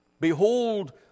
Behold